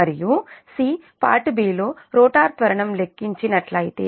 మరియు C part B లో rotor త్వరణం లెక్కించి నట్లయితే